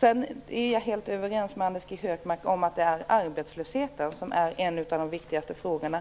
Jag är helt överens med Anders G Högmark om att arbetslösheten är en av de viktigaste frågorna.